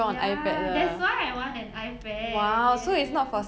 ya that's why I want an I pad yes